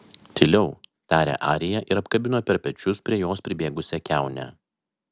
tyliau tarė arija ir apkabino per pečius prie jos pribėgusią kiaunę